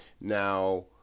now